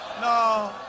No